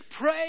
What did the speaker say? Pray